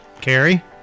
Carrie